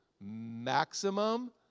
maximum